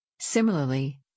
Similarly